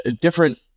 Different